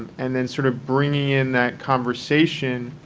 and then sort of bringing in that conversation,